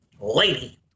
Lady